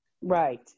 Right